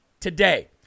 Today